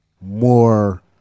more